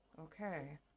Okay